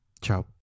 Ciao